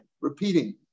repeating